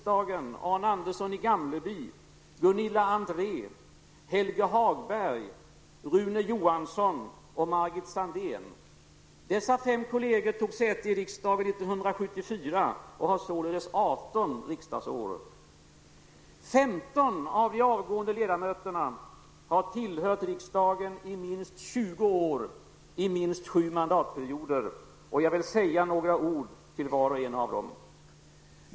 Dessa fem kolleger tog säte i riksdagen 1974 och har således 18 riksdagsår. 15 av de avgående ledamöterna har tillhört riksdagen i minst 20 år -- i minst sju mandatperioder. Jag vill säga några ord till var och en av dem.